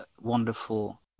wonderful